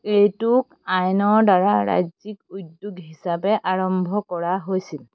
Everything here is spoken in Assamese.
এইটোক আইনৰ দ্বাৰা ৰাজ্যিক উদ্যোগ হিচাপে আৰম্ভ কৰা হৈছিল